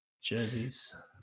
jerseys